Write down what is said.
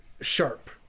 sharp